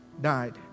died